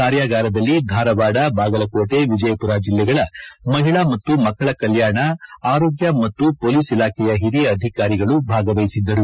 ಕಾರ್ಯಗಾರದಲ್ಲಿ ಧಾರವಾಡ ಬಾಗಲಕೋಟೆ ವಿಜಯಮರ ಜಿಲ್ಲೆಗಳ ಮಹಿಳಾ ಮತ್ತು ಮಕ್ಕಳ ಕಲ್ಕಾಣ ಆರೋಗ್ಯ ಮತ್ತು ಪೊಲೀಸ್ ಇಲಾಖೆಯ ಹಿರಿಯ ಅಧಿಕಾರಿಗಳು ಭಾಗವಹಿಸಿದ್ದರು